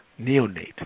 neonate